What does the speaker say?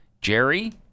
Jerry